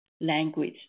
language